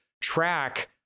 track